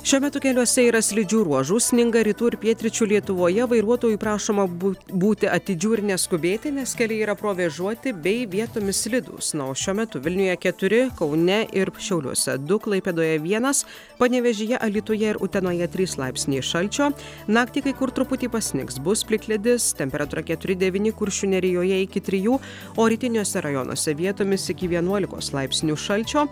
šiuo metu keliuose yra slidžių ruožų sninga rytų ir pietryčių lietuvoje vairuotojų prašoma bū būti atidžių ir neskubėti nes keliai yra provėžoti bei vietomis slidūs na o šiuo metu vilniuje keturi kaune ir šiauliuose du klaipėdoje vienas panevėžyje alytuje ir utenoje trys laipsniai šalčio naktį kai kur truputį pasnigs bus plikledis temperatūra keturi devyni kuršių nerijoje iki trijų o rytiniuose rajonuose vietomis iki vienuolikos laipsnių šalčio